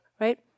right